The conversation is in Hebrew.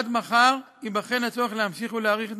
עד מחר ייבחן הצורך להמשיך ולהאריך את